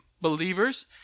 believers